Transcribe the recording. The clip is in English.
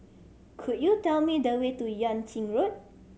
could you tell me the way to Yuan Ching Road